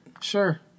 Sure